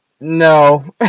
No